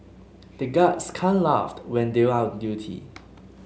the guards can't laugh when they are on duty